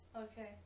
Okay